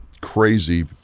crazy